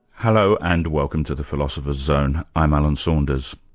hello, and welcome to the philosopher's zone. i'm alan saunders.